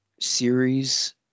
series